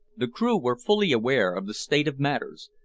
the crew were fully aware of the state of matters.